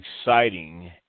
exciting